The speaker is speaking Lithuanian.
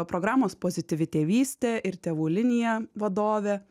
programos pozityvi tėvystė ir tėvų linija vadovė